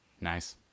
Nice